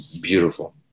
beautiful